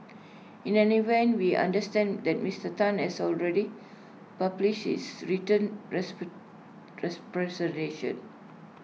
in any event we understand that Mister Tan has already published his written representation